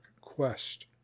quest